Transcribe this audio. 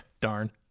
Darn